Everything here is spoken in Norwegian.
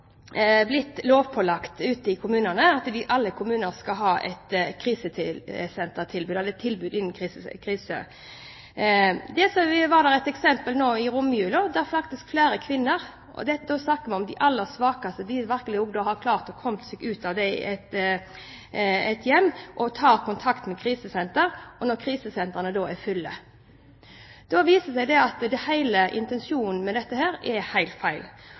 blitt lovpålagt i alle kommuner at man skal ha et krisetilbud. Det var et eksempel nå i romjula der faktisk flere kvinner – og da snakker vi om de aller svakeste, virkelig hadde klart å komme seg ut av hjemmet og hadde tatt kontakt med krisesenteret, men krisesenteret var da fullt. Det viser at hele intensjonen med dette blir helt feil.